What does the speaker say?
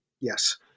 Yes